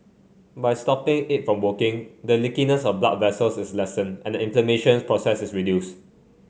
by stopping it from working the leakiness of blood vessels is lessened and the inflammations process is reduced